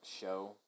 show